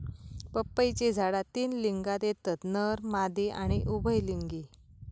पपईची झाडा तीन लिंगात येतत नर, मादी आणि उभयलिंगी